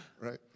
Right